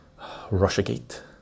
Russiagate